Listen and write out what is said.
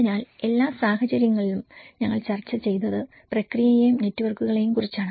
അതിനാൽ എല്ലാ സാഹചര്യങ്ങളിലും ഞങ്ങൾ ചർച്ച ചെയ്തത് പ്രക്രിയയെയും നെറ്റ്വർക്കുകളെയും കുറിച്ചാണ്